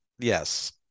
Yes